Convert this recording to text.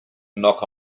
knock